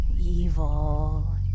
Evil